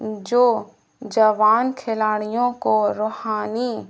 جو جوان کھلاڑیوں کو روحانی